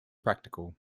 practical